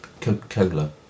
Coca-Cola